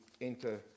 enter